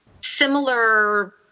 similar